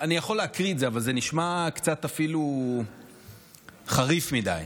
אני יכול לקרוא את זה, אבל זה נשמע קצת חריף מדי.